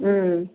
ம்